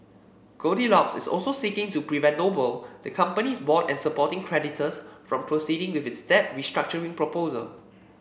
goldilocks is also seeking to prevent Noble the company's board and supporting creditors from proceeding with its debt restructuring proposal